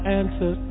answer